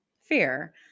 fear